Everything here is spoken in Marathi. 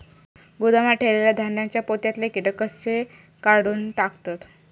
गोदामात ठेयलेल्या धान्यांच्या पोत्यातले कीटक कशे काढून टाकतत?